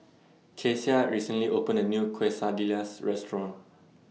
Kecia recently opened A New Quesadillas Restaurant